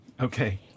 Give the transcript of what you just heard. Okay